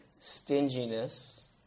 Stinginess